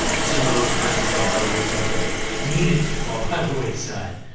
but some of those friends fell by the wayside that needed to fall by the wayside.